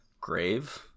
grave